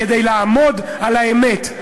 כדי לעמוד על האמת.